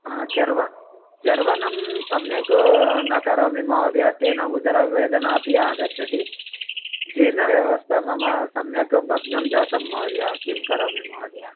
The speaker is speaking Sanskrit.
चर्वनं सम्यक् न करोमि महोदया तेन उदरवेदना अपि आगच्छति जीर्णव्यवस्था मम सम्यक् भग्नं जातं महोदया किं करोमि महोदय